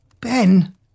Ben